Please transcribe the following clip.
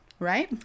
Right